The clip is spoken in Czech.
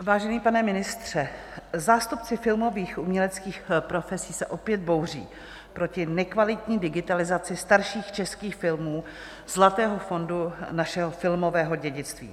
Vážený pane ministře, zástupci filmových uměleckých profesí se opět bouří proti nekvalitní digitalizaci starších českých film, zlatého fondu našeho filmového dědictví.